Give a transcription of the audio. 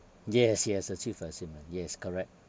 yes yes achieve the same one yes correct